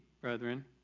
brethren